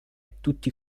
tutti